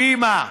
הבימה,